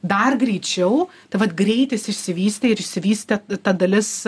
dar greičiau tai vat greitis išsivystė ir išsivystė ta dalis